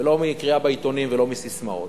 ולא מקריאה בעיתונים ולא מססמאות.